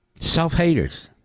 Self-haters